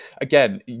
again